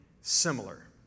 similar